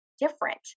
different